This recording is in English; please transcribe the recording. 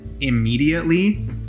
immediately